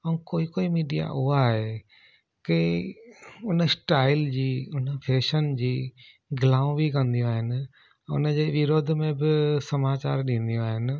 ऐं कोई कोई मीडिया उहा आहे की उन स्टाइल जी उन फैशन जी गिलाऊं बि कंदियूं आहिनि उन जे विरोध में बि समाचार ॾींदियूं आहिनि